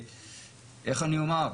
איך אני אומר?